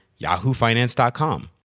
yahoofinance.com